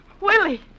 Willie